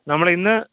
നമ്മൾ ഇന്ന്